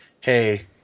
hey